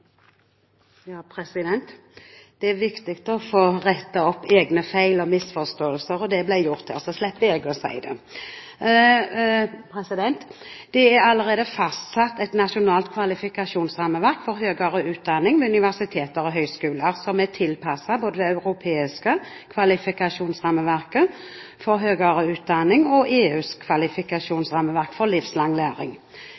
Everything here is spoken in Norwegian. viktig å få rettet opp egne feil og misforståelser – og det ble gjort, så slipper jeg å si noe om det. Det er allerede fastsatt et nasjonalt kvalifikasjonsrammeverk for høyere utdanning ved universiteter og høyskoler som er tilpasset både det europeiske kvalifikasjonsrammeverket for høyere utdanning og EUs